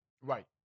Right